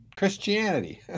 Christianity